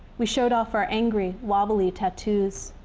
we showed off our angry, wobbly tattoos.